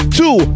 two